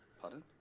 Pardon